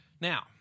Now